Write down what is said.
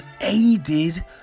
aided